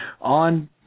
On